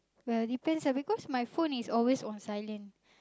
well depends lah because my phone is always on silent